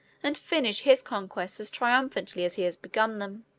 and finish his conquests as triumphantly as he has begun them.